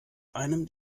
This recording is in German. einem